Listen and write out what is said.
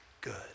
good